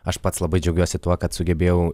aš pats labai džiaugiuosi tuo kad sugebėjau